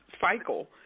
cycle